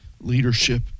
leadership